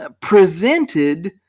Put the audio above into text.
presented